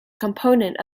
component